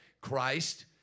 Christ